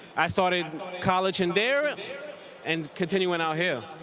i started college in there and continuing out here.